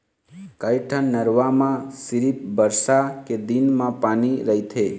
कइठन नरूवा म सिरिफ बरसा के दिन म पानी रहिथे